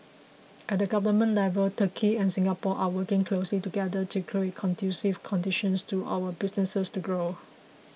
at the government level Turkey and Singapore are working closely together to create conducive conditions to our businesses to grow